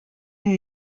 new